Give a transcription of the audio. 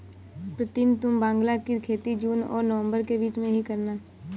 प्रीतम तुम बांग्ला की खेती जून और नवंबर के बीच में ही करना